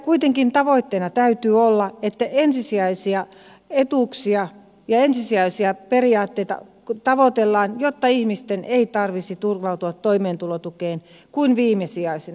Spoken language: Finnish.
kuitenkin tavoitteena täytyy olla että ensisijaisia etuuksia ja ensisijaisia periaatteita tavoitellaan jotta ihmisten ei tarvitsisi turvautua toimeentulotukeen kuin viimesijaisena